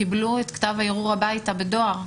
קיבלו את כתב האירוע הביתה בדואר,